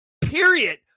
Period